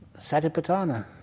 Satipatthana